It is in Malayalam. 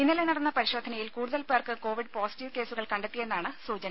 ഇന്നലെ നടന്ന പരിശോധനയിൽ കൂടുതൽ പേർക്ക് കോവിഡ് പൊസിറ്റീവ് കേസുകൾ കണ്ടെത്തിയെന്നാണ് സൂചന